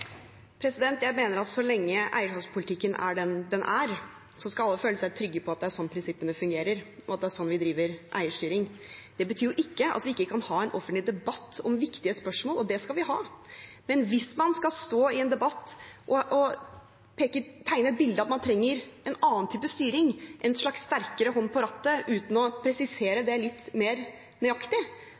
Jeg mener at så lenge eierskapspolitikken er sånn den er, skal alle føle seg trygge på at det er sånn prinsippene fungerer, og at det er sånn vi driver eierstyring. Det betyr jo ikke at vi ikke kan ha en offentlig debatt om viktige spørsmål – og det skal vi ha. Men hvis man skal stå i en debatt og tegne et bilde av at man trenger en annen type styring, en slags sterkere hånd på rattet, uten å presisere det litt mer nøyaktig,